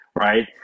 right